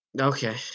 Okay